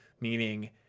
Meaning